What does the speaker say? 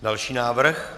Další návrh.